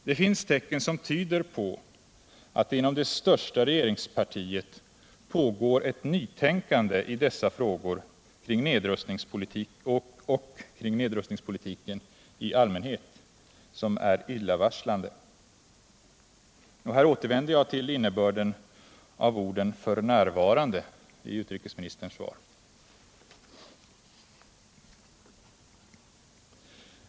Det finns tecken som tyder på att det inom det största regeringspartiet pågår ett nytänkande i dessa frågor och kring nedrustningspolitiken i allmänhet som är illavarslande. Och här återvänder jag till innebörden av orden ”f. n.” i utrikesministerns svar.